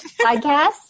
podcast